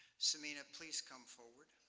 samina, please come forward.